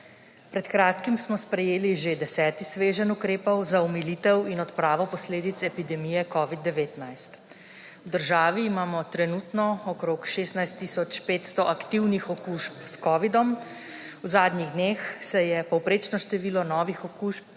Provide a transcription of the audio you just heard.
Pred kratkim smo sprejeli že deseti sveženj ukrepov za omilitev in odpravo posledic epidemije covida-19. V državi imamo trenutno okrog 16 tisoč 500 aktivnih okužb s covidom, v zadnjih dneh se je povprečno število novih okužb